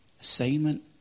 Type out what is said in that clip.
assignment